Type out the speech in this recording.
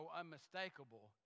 unmistakable